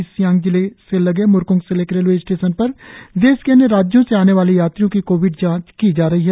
east Siang जिले से लगे म्रकोंग सेलेक रेलवे स्टेशन पर देश के अन्य राज्यों से आने वाले यात्रियों की कोविड जांच की जा रही है